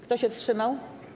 Kto się wstrzymał?